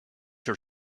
your